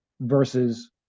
versus